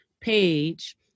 page